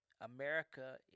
America